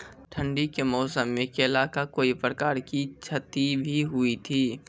ठंडी के मौसम मे केला का कोई प्रकार के क्षति भी हुई थी?